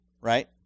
right